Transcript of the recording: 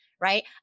right